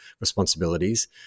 responsibilities